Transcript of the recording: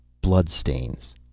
Bloodstains